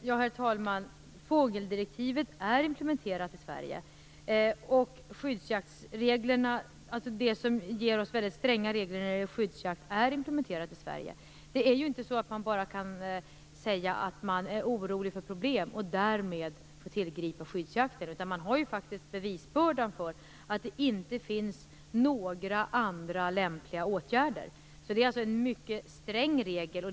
Herr talman! Fågeldirektivet är implementerat i Sverige. Det som ger oss mycket stränga regler när det gäller skyddsjakt är implementerat i Sverige. Man kan inte bara säga att man är orolig för problem och därmed få tillgripa skyddsjakt. Man har faktiskt bevisbördan för att det inte finns några andra lämpliga åtgärder. Det är alltså en mycket sträng regel.